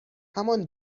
همان